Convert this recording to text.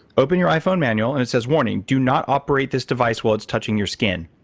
open your iphone manual and it says, warning. do not operate this device while it's touching your skin.